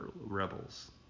rebels